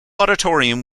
auditorium